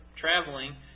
traveling